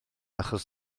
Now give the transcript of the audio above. achos